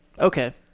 okay